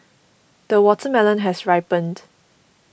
the watermelon has ripened